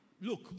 Look